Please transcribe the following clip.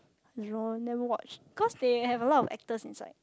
don't know never watch because they have a lot of actors inside